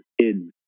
kids